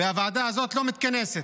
והוועדה הזאת לא מתכנסת.